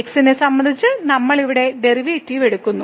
x നെ സംബന്ധിച്ച് നമ്മൾ ഇവിടെ ഡെറിവേറ്റീവ് എടുക്കുന്നു